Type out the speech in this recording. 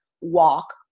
walk